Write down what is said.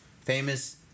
famous